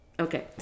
Okay